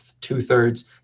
two-thirds